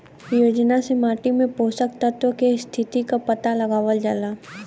योजना से माटी में पोषक तत्व के स्थिति क पता लगावल जाला